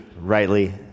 rightly